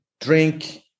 drink